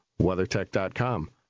WeatherTech.com